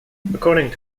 according